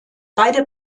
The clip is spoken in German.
beide